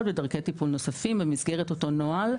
ודרכי טיפול נוספים במסגרת אותו נוהל.